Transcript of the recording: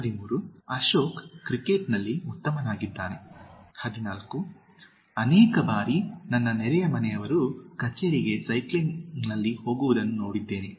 13 ಅಶೋಕ್ ಕ್ರಿಕೆಟ್ನಲ್ಲಿ ಉತ್ತಮನಾಗಿದ್ದಾನೆ 14 ಅನೇಕ ಬಾರಿ ನನ್ನ ನೆರೆಯ ಮನೆಯವರು ಕಚೇರಿಗೆ ಸೈಕ್ಲಿಂಗ್ ನಲ್ಲಿ ಹೋಗುವುದನ್ನು ನೋಡಿದೆದ್ದೇನೆ